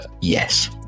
Yes